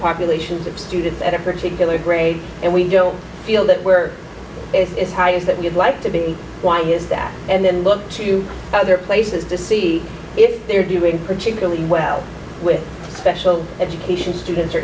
population of students at a particular grade and we feel that where it's high is that you'd like to be why is that and then look to other places to see if they're doing particularly well with special education students or